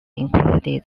included